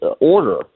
order